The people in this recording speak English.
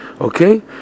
okay